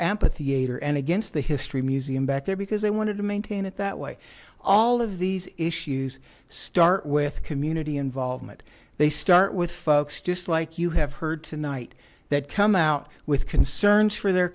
ampitheater and against the history museum back there because they wanted to maintain it that way all of these issues start with community involvement they start with folks just like you have heard tonight that come out with concerns for their